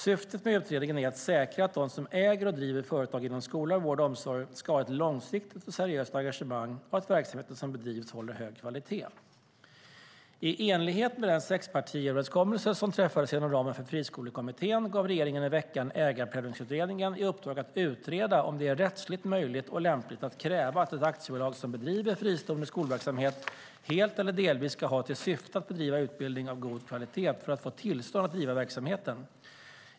Syftet med utredningen är att säkra att de som äger och driver företag inom skola, vård och omsorg ska ha ett långsiktigt och seriöst engagemang och att verksamheten som bedrivs håller hög kvalitet. I enlighet med den sexpartiöverenskommelse som träffades inom ramen för Friskolekommittén gav regeringen i veckan Ägarprövningsutredningen i uppdrag att utreda om det är rättsligt möjligt och lämpligt att kräva att ett aktiebolag som bedriver fristående skolverksamhet helt eller delvis ska ha till syfte att bedriva utbildning av god kvalitet för att få tillstånd att driva verksamheten.